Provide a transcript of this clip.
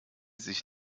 sich